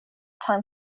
time